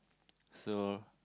so